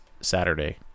saturday